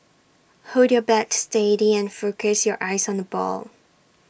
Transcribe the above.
hold your bat steady and focus your eyes on the ball